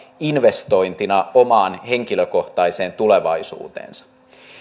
investointina omaan henkilökohtaiseen tulevaisuuteensa